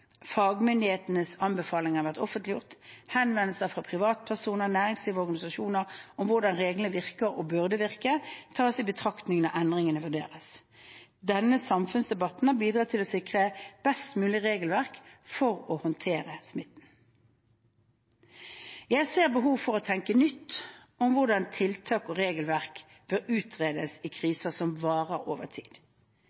Fagmyndighetenes anbefalinger har vært offentliggjort. Henvendelser fra privatpersoner, næringsliv og organisasjoner om hvordan reglene virker og burde virke, tas i betraktning når endringer vurderes. Denne samfunnsdebatten har bidratt til å sikre et best mulig regelverk for å håndtere smitten. Jeg ser behov for å tenke nytt om hvordan tiltak og regelverk bør utredes i